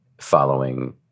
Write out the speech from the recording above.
following